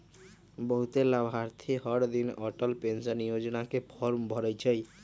बहुते लाभार्थी हरदिन अटल पेंशन योजना के फॉर्म भरई छई